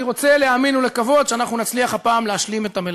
אני רוצה להאמין ולקוות שאנחנו נצליח הפעם להשלים את המלאכה.